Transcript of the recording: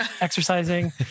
exercising